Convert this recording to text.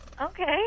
Okay